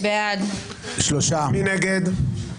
מי נגד?